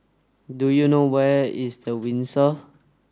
do you know where is The Windsor